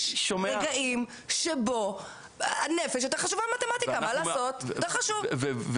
יש רגעים שבהם הנפש יותר חשובה ממתמטיקה.